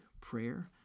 prayer